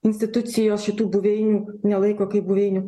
institucijos šitų buveinių nelaiko kaip buveinių